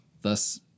Thus